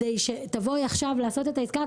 כדי שתבואי עכשיו לעשות את העסקה,